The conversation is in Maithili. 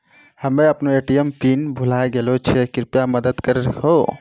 हम्मे अपनो ए.टी.एम पिन भुलाय गेलो छियै, कृपया मदत करहो